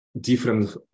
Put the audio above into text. different